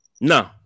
no